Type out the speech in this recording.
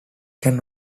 can